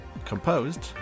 Composed